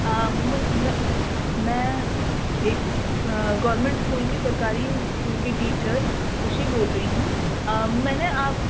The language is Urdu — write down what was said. میں ایک گورنمنٹ اسکول کی سرکاری اسکول کی ٹیچر خوشی بول رہی ہوں میں نے آپ